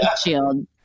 shield